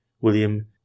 William